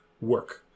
work